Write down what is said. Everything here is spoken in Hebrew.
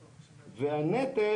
והנטל,